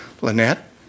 Lynette